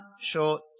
short